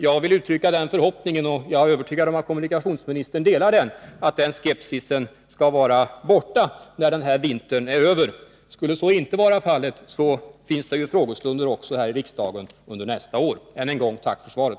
Jag vill uttrycka den förhoppningen — jag är övertygad om att kommunikationsministern delar den — att denna skepsis skall vara borta när den här vintern är över. Skulle så inte vara fallet finns det ju frågestunder här i riksdagen också under nästa år. Än en gång — tack för svaret!